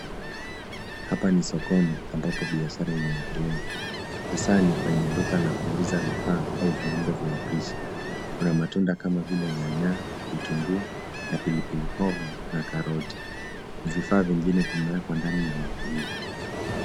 Hapa ni sokoni ambapo biashara inaendelea, hasaa ni kwenye duka la kuuza vifaa au viungo vya upishi. Kuna matunda kama vile nyanya, vitunguu na pilipili hoho na karoti. Vifaa vingine vimewekwa ndani ya magunia.